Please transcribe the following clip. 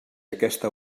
aquesta